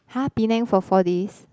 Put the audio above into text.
[huh] Penang for four days